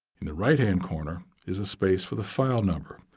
in the right hand corner is a space for the file number.